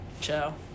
Ciao